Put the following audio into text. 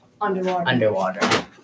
underwater